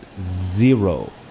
zero